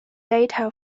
data